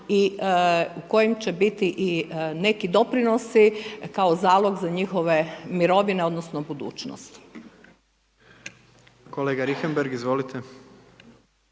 i u kojim će biti i neki doprinosi kao zalog za njihove mirovine odnosno budućnost. **Jandroković,